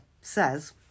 says